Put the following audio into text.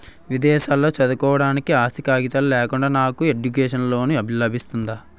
విదేశాలలో చదువుకోవడానికి ఆస్తి కాగితాలు లేకుండా నాకు ఎడ్యుకేషన్ లోన్ లబిస్తుందా?